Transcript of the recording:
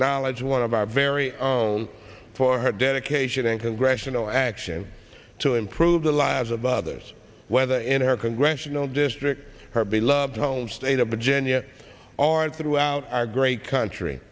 acknowledge one of our very own for her dedication in congressional action to improve the lives of others whether in her congressional district her beloved home state of virginia our throughout our great country